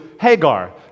Hagar